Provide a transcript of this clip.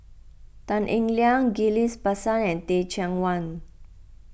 Tan Eng Liang Ghillie Basan and Teh Cheang Wan